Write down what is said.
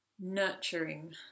nurturing